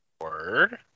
Word